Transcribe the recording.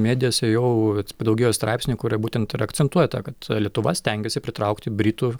medijose jau vat padaugėjo straipsnių kurie būtent ir akcentuoja tą kad lietuva stengiasi pritraukti britų